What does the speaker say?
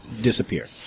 disappear